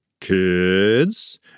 Kids